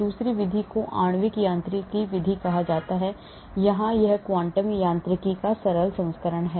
दूसरी विधि को आणविक यांत्रिकी विधि कहा जाता है यहाँ यह क्वांटम यांत्रिकी का सरल संस्करण है